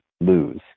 lose